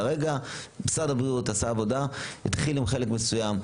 כרגע משרד הבריאות עשה עבודה, התחיל עם חלק מסוים.